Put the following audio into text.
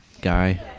guy